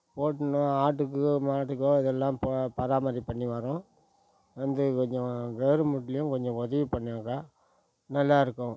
போட்னு ஆட்டுக்கு மாட்டுக்கோ இதெல்லாம் ப பராமரிப்பு பண்ணி வரோம் வந்து கொஞ்சம் வேலை முடியும் கொஞ்சம் உதவி பண்ணுங்க நல்லாயிருக்கும்